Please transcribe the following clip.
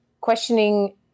questioning